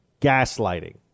gaslighting